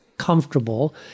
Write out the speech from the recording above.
Comfortable